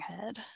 head